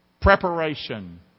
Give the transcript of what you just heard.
Preparation